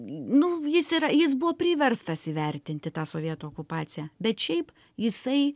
nu jis yra jis buvo priverstas įvertinti tą sovietų okupaciją bet šiaip jisai